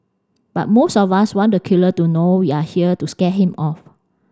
but most of us want the killer to know we are here to scare him off